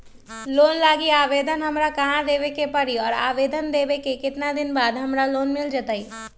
Loan लागी आवेदन हमरा कहां देवे के पड़ी और आवेदन देवे के केतना दिन बाद हमरा लोन मिल जतई?